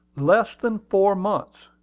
less than four months.